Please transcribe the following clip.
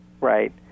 right